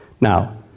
Now